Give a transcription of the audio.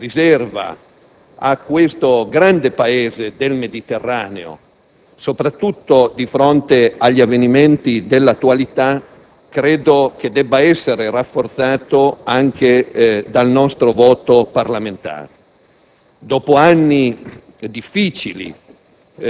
l'attenzione che l'Italia riserva a questo grande Paese del Mediterraneo, soprattutto di fronte agli avvenimenti dell'attualità, debba essere rafforzata anche dal nostro voto parlamentare.